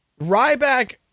Ryback